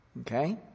Okay